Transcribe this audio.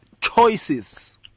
choices